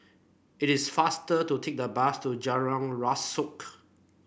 it is faster to take the bus to Jalan Rasok